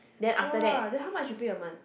!wah! then how much you pay a month